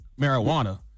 marijuana